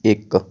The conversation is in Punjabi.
ਇੱਕ